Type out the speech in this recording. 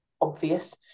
obvious